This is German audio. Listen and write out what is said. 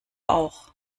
auch